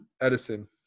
Edison